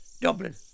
Dublin